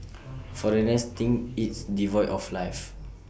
foreigners think it's devoid of life